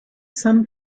some